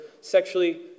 sexually